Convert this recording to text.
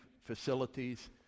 facilities